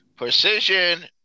Precision